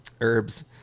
herbs